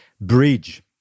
bridge